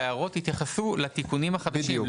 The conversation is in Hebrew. שההערות יתייחסו לתיקונים החדשים.